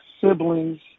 siblings